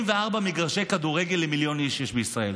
44 מגרשי כדורגל למיליון איש יש בישראל.